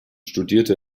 studierte